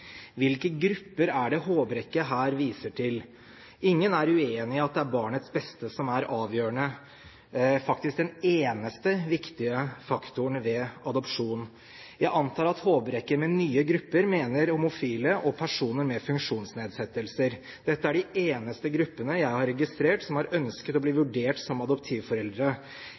Hvilke grupper er det Håbrekke her viser til? Ingen er uenig i at det er barnets beste som er avgjørende, faktisk den eneste viktige faktoren ved adopsjon. Jeg antar at Håbrekke med nye «grupper» mener homofile og personer med funksjonsnedsettelser. Dette er de eneste gruppene jeg har registrert som har ønsket å bli vurdert som adoptivforeldre,